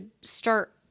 start